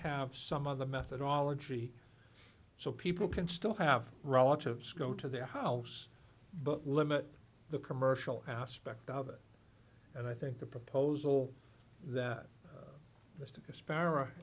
have some of the methodology so people can still have relatives go to their house but limit the commercial aspect of it and i think the proposal that mr sparrow